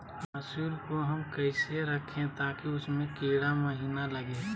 मसूर को हम कैसे रखे ताकि उसमे कीड़ा महिना लगे?